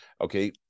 okay